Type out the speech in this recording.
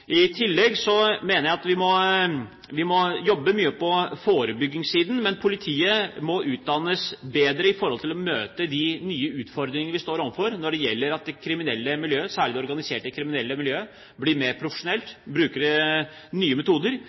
I tillegg mener jeg at vi må jobbe mye på forebyggingssiden, men politiet må utdannes bedre for å møte de nye utfordringene vi står overfor når det gjelder de kriminelle miljøer, særlig det organiserte kriminelle miljøet, som blir mer profesjonelt, og som bruker nye metoder.